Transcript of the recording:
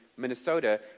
Minnesota